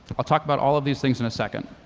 i'll talk about all of these things in a second.